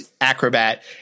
acrobat